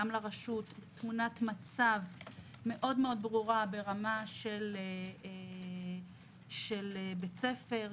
גם לרשות תמונת מצב מאוד מאוד ברורה ברמה של בית ספר,